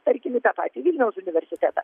tarkim į tą patį vilniaus universitetą